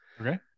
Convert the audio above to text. Okay